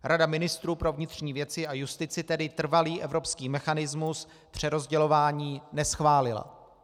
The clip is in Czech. Rada ministrů pro vnitřní věci a justici tedy trvalý evropský mechanismus přerozdělování neschválila.